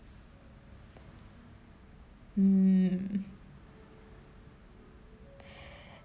hmm